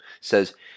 says